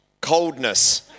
coldness